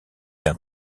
d’un